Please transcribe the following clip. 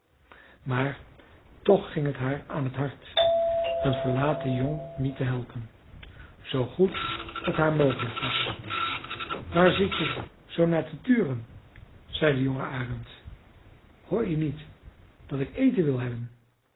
maar toch ging het haar aan t hart een verlaten jong niet te helpen zoo goed t haar mogelijk was waar zit je zoo naar te turen zei de jonge arend hoor je niet dat ik eten wil hebben